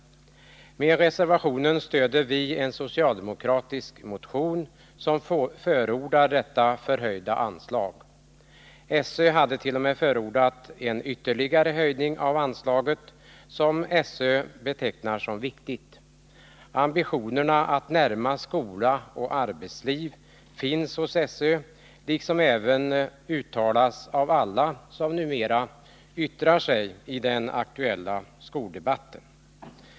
Med reservationen stöder vi en socialdemokratisk motion som förordar detta förhöjda anslag. SÖ hade t.o.m. förordat en ytterligare höjning av anslaget, som SÖ betecknar som viktigt. Ambitionerna att närma skola och arbetsliv finns hos SÖ och uttalas även av alla som numera yttrar sig i den aktuella skoldebatten.